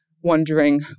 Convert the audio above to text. wondering